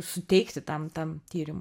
suteikti tam tam tyrimui